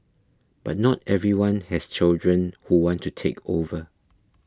but not everyone has children who want to take over